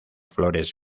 flores